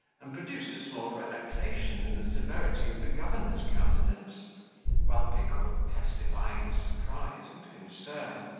and produced a small relaxation in the severity of the governor's countenance while pickle, testifying his surprise and concern,